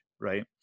right